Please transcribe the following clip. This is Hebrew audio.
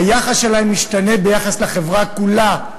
היחס שלהם משתנה ביחס לחברה כולה,